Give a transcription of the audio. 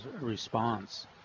response